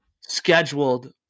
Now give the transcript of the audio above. scheduled